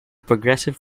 progressive